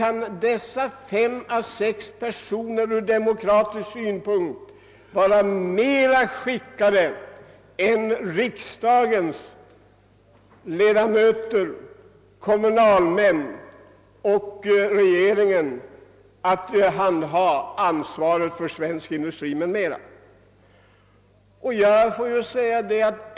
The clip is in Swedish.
Kan dessa fem eller sex personer ur demokratisk synpunkt vara bättre skickade än riksdagens ledamöter, kommunalmän och regering att ha ansvaret för svensk industri?